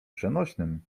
przenośnym